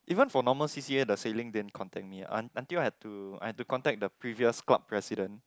even for normal C_C_A the sailing didn't contact me un~ until I have to I have to contact the previous club president